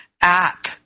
app